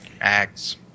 acts